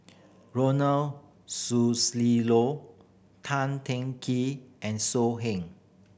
Ronald Susilo Tan Teng Kee and So Heng